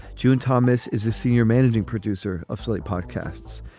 june thomas is the senior managing producer of slate podcasts.